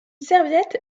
serviette